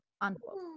unquote